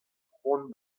cʼhoant